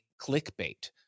clickbait